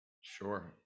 Sure